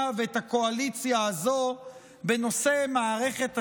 ואת הקואליציה הזו בנושא מערכת הצדק,